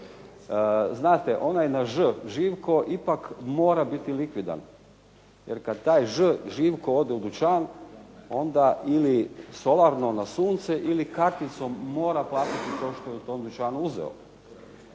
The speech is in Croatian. Znate, onaj na Ž Živko ipak mora biti likvidan, jer kad taj Ž Živko ode u dućan onda ili solarno na sunce ili karticom mora platiti to što je u tom dućanu uzeo.